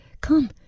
Come